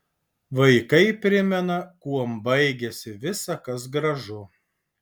vaikai primena kuom baigiasi visa kas gražu